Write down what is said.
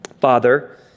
Father